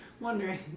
Wondering